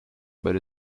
but